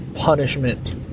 punishment